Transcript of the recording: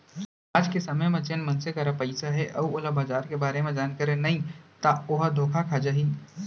आज के समे म जेन मनसे करा पइसा हे अउ ओला बजार के बारे म जानकारी नइ ता ओहा धोखा खा जाही